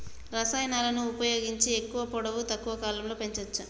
రసాయనాలను ఉపయోగించి ఎక్కువ పొడవు తక్కువ కాలంలో పెంచవచ్చా?